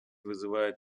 вызывает